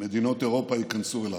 מדינות אירופה ייכנסו אליו.